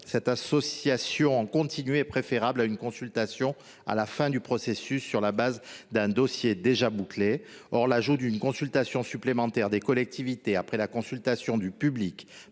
Cette association en continu est préférable à une consultation intervenant à la fin du processus sur la base d’un dossier déjà bouclé. Or l’ajout d’une consultation supplémentaire des collectivités après la consultation du public,